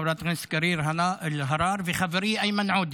חברת הכנסת קארין אלהרר וחבר איימן עודה.